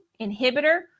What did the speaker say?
inhibitor